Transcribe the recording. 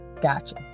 Gotcha